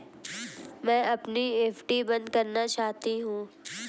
मैं अपनी एफ.डी बंद करना चाहती हूँ